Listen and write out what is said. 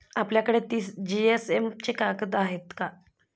आपल्याकडे तीस जीएसएम चे कागद आहेत का?